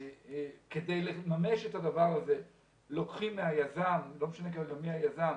כדי לממש את הדבר הזה לוקחים מהיזם לא משנה מי היזם